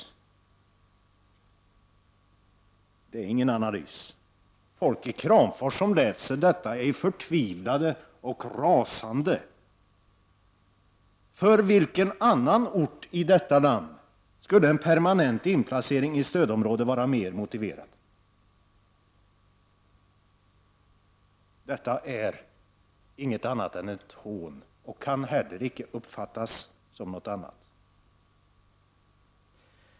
Det är ingen analys. Folk i Kramfors som läser detta är förtvivlade och rasande. För vilken annan ort i detta land skulle en permanent inplacering i stödområde vara mer motiverad? Detta är inget annat än ett hån och kan heller icke uppfattas som något annat.